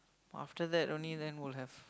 after that only then will have